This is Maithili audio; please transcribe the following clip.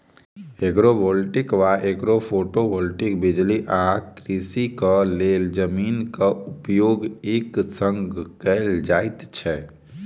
एग्रोवोल्टिक वा एग्रोफोटोवोल्टिक बिजली आ कृषिक लेल जमीनक उपयोग एक संग कयल जाइत छै